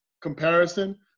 comparison